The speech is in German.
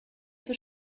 zur